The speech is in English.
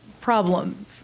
problem